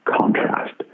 contrast